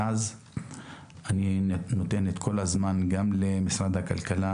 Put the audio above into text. ואז אתן את כל הזמן גם לנציגי משרד הכלכלה